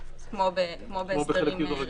כמו בהסדרים רגילים.